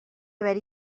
haver